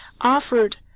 offered